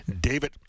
David